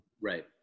Right